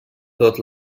tot